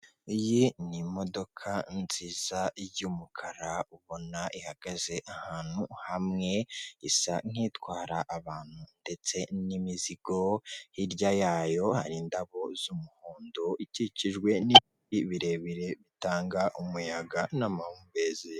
Iyi ni imodoka nziza y'umukara ubona ihagaze ahantu hamwe isa nk'itwara abantu ndetse n'imizigo hirya yayo hari indabo z'umuhondo ikikijwe nibiti birebire bitanga umuyaga n'amahumbezi .